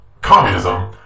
communism